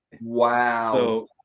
Wow